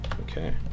Okay